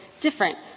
different